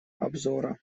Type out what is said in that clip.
обзора